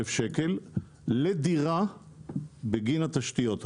אלף שקל לדירה בגין התשתיות הללו.